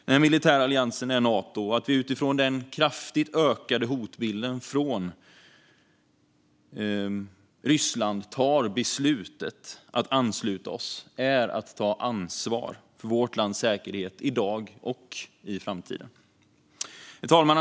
Denna militära allians är Nato, och att vi mot bakgrund av den kraftigt ökade hotbilden från Ryssland tar beslutet att ansluta oss är att ta ansvar för vårt lands säkerhet i dag och i framtiden. Herr talman!